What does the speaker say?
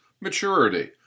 Maturity